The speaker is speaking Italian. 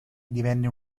divenne